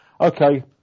Okay